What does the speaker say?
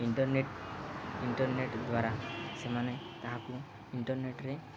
internet internet ଦ୍ୱାରା ସେମାନେ ତାହାକୁ ଇଣ୍ଟରନେଟ୍ରେ